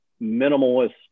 minimalist